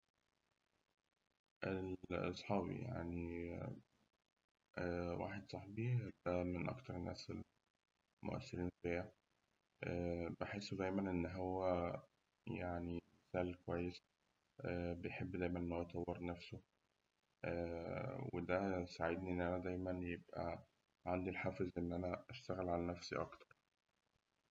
ال- أصحابي يعني واحد صاحبي ده من أكتر الناس المؤثرين فيا بحسه دايماً إن هو مثال كويس، بيحب دايما إن هو يطور نفسه وده ساعدني إن انا يبقى عندي الحافز إن أنا أطور نفسي أكتر.